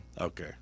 Okay